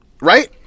right